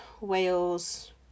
Wales